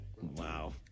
Wow